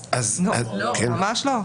לא, ממש לא.